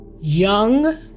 Young